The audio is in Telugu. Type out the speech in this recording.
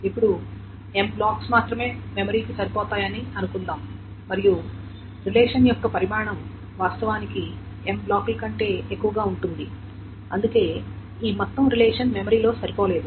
ఇప్పుడు M బ్లాక్స్ మాత్రమే మెమరీకి సరిపోతాయని అనుకుందాం మరియు రిలేషన్ యొక్క పరిమాణం వాస్తవానికి M బ్లాకుల కంటే ఎక్కువగా ఉంటుంది అందుకే ఈ మొత్తం రిలేషన్ మెమరీ లో సరిపోలేదు